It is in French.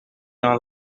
dans